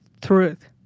Truth